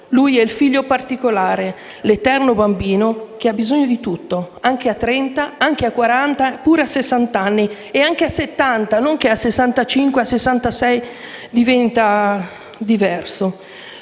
Lui è il figlio particolare, l'eterno bambino che ha bisogno di tutto, anche a 30, anche a 40 e pure a 60 anni. Anche a 70 anni; non che a 65 o a 66 anni diventi diverso.